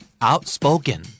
Outspoken